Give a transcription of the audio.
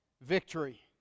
victory